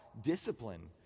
discipline